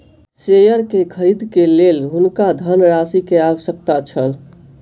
share के खरीद के लेल हुनका धनराशि के आवश्यकता छल